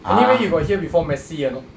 anyway you got hear before messi or not